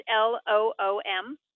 L-O-O-M